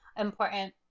important